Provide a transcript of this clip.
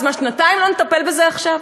אז מה, שנתיים לא נטפל בזה עכשיו?